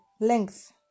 length